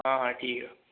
ਹਾਂ ਹਾਂ ਠੀਕ ਆ